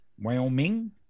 Wyoming